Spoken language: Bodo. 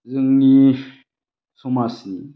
जोंनि समाजनि